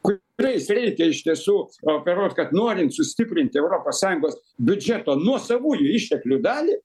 ku riais reikia iš tiesų operuot kad norint sustiprint europos sąjungos biudžeto nuosavųjų išteklių dalį